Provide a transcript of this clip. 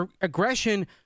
Aggression